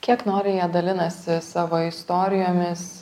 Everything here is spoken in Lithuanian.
kiek noriai jie dalinasi savo istorijomis